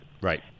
Right